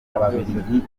ababiligi